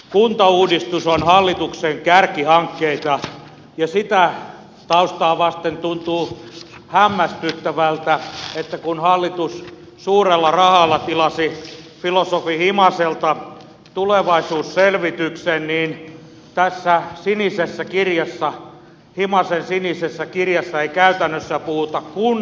kuntauudistus on hallituksen kärkihankkeita ja sitä taustaa vasten tuntuu hämmästyttävältä että kun hallitus suurella rahalla tilasi filosofi himaselta tulevaisuusselvityksen niin tässä himasen sinisessä kirjassa ei käytännössä puhuta kunnista mitään